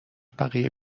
بقیه